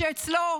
שאצלו,